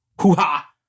hoo-ha